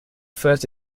first